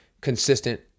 consistent